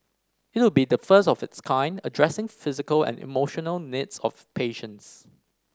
it would be the first of its kind addressing physical and emotional needs of patients